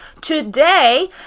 today